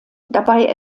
dabei